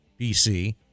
BC